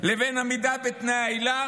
לבין עמידה בתנאי העילה